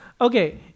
Okay